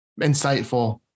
insightful